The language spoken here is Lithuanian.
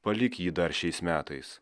palik jį dar šiais metais